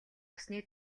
усны